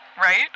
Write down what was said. Right